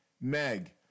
Meg